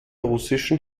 russischen